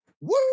Woo